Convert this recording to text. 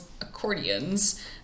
accordions